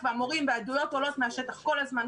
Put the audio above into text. העדויות עולות מהשטח כל הזמן,